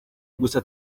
gusa